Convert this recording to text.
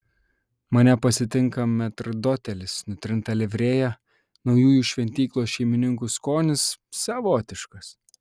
mane pasitinka metrdotelis nutrinta livrėja naujųjų šventyklos šeimininkų skonis savotiškas